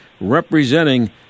representing